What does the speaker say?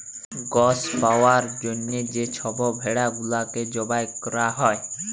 গস পাউয়ার জ্যনহে যে ছব ভেড়া গুলাকে জবাই ক্যরা হ্যয়